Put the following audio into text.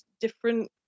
different